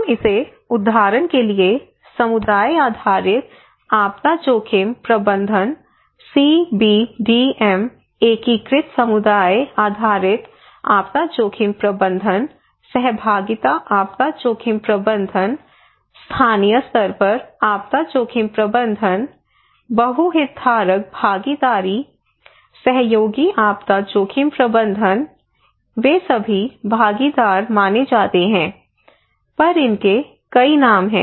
हम इसे उदाहरण के लिए समुदाय आधारित आपदा जोखिम प्रबंधन सी बी डी एम एकीकृत समुदाय आधारित आपदा जोखिम प्रबंधन सहभागिता आपदा जोखिम प्रबंधन स्थानीय स्तर पर आपदा जोखिम प्रबंधन बहु हितधारक भागीदारी सहयोगी आपदा जोखिम प्रबंधन वे सभी भागीदार माने जाते हैं पर इनके कई नाम है